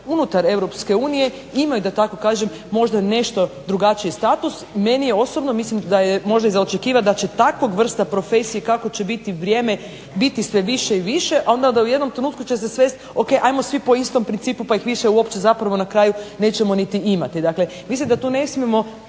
unutar EU imaju da tako kažem možda nešto drugačiji status. Meni je osobno mislim da je možda i za očekivati da će takva vrsta profesije kako će biti i vrijeme biti sve više i više, a onda će se u jednom trenutku svesti o.k. ajmo svi po istom principu pa ih više uopće zapravo na kraju nećemo niti imati. Dakle, mislim da tu ne smijemo